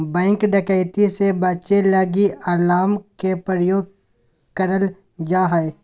bank डकैती से बचे लगी अलार्म के प्रयोग करल जा हय